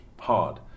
hard